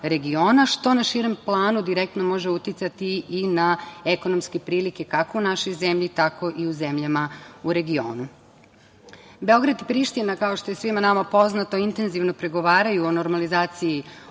što na širem planu direktno može uticati i na ekonomske prilike kako u našoj zemlji, tako i u zemljama u regionu. Beograd i Priština, kao što je svima nama poznato, intenzivno pregovaraju o normalizaciji